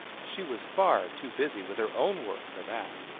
she was far too busy with her own work for that.